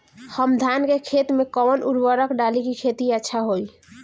हम धान के खेत में कवन उर्वरक डाली कि खेती अच्छा होई?